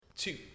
Two